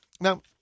Now